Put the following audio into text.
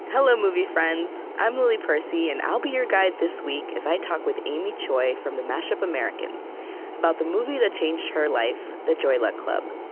hello, movie friends. i'm lily percy, and i'll be your guide this week as i talk with amy choi from the mash-up americans about the movie that changed her life, the joy luck club.